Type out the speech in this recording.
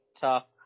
tough